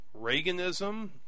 reaganism